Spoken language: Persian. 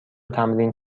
تمرین